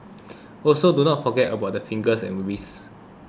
also do not forget about the fingers and wrists